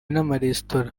n’amaresitora